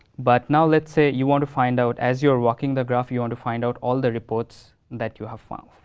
but now let's say you want to find out, as you're working the graph, you want and to find out all the reports that you have found.